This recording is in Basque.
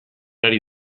ari